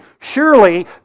Surely